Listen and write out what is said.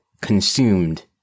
consumed